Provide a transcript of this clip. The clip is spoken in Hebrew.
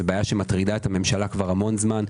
זו בעיה שמטרידה את הממשלה כבר המון זמן.